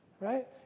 Right